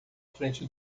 frente